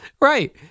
Right